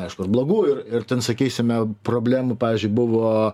aišku ir blogų ir ir ten sakysime problemų pavyzdžiui buvo